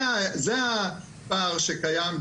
זה הפער שקיים,